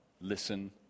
listen